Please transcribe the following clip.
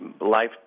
life